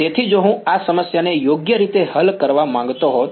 તેથી જો હું આ સમસ્યાને યોગ્ય રીતે હલ કરવા માંગતો હતો